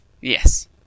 Yes